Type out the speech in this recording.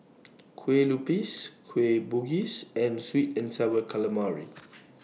Kue Lupis Kueh Bugis and Sweet and Sour Calamari